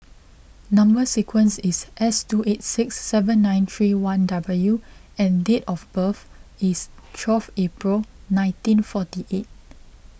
Number Sequence is S two eight six seven nine three one W and date of birth is twelve April nineteen forty eight